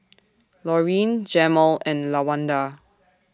Laurene Jemal and Lawanda